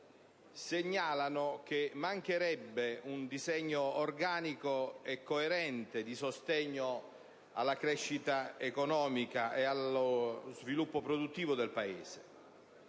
segnalano che mancherebbe un disegno organico e coerente di sostegno alla crescita economica e allo sviluppo produttivo del Paese.